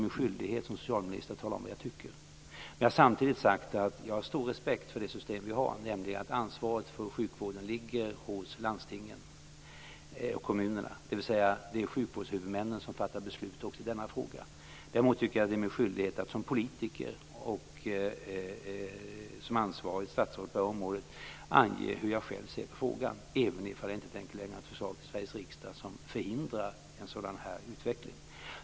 Men jag har samtidigt sagt att jag har stor respekt för det system vi har, nämligen att ansvaret för sjukvården ligger hos landstingen och kommunerna, dvs. att det är sjukvårdshuvudmännen som fattar beslut också i denna fråga. Däremot tycker jag att det är min skyldighet - som politiker och som socialminister och ansvarigt statsråd på området - att ange hur jag själv ser på frågan, även om jag inte tänker lägga fram ett förslag för Sveriges riksdag som förhindrar en sådan här utveckling.